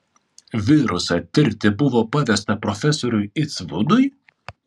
virusą tirti buvo pavesta profesoriui istvudui